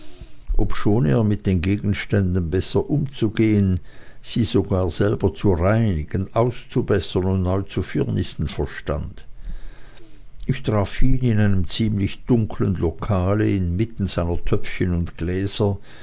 obschon er mit den gegenständen besser umzugehen sie sogar selber zu reinigen auszubessern und neu zu firnissen verstand ich traf ihn in einem ziemlich dunklen lokale inmitten seiner töpfchen und gläser